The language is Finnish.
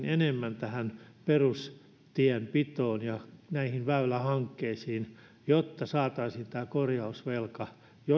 enemmän perustienpitoon ja väylähankkeisiin jotta saataisiin korjausvelka jossakin